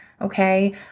Okay